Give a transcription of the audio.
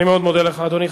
אני מאוד מודה לך, אדוני.